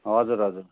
हजुर हजुर